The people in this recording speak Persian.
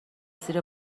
زیر